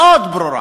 מאוד ברורה.